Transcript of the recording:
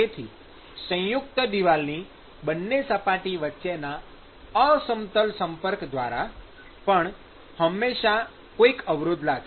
તેથી સંયુક્ત દિવાલની બંને સપાટી વચ્ચેના અસમતલ સંપર્ક દ્વારા પણ હમેશા કોઈક અવરોધ લાગશે